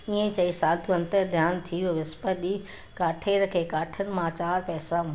ईअं चई साधू अंतरध्यानु थी वियो विस्पति ॾींहुं काठियर खे काठियुनि मां चार पैसा